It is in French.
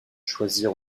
choisir